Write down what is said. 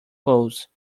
pose